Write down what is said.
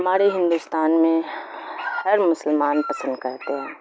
ہمارے ہندوستان میں ہر مسلمان پسند کرتے ہیں